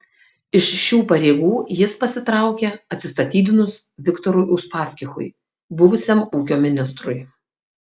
iš šių pareigų jis pasitraukė atsistatydinus viktorui uspaskichui buvusiam ūkio ministrui